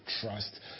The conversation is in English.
trust